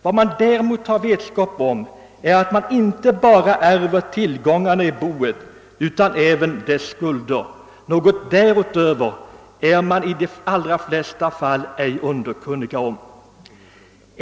Vad man däremot har vetskap om är att man inte bara ärver tillgångarna i boet utan även dess skulder. Något därutöver är man i de flesta fall inte underkunnig om.